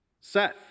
Seth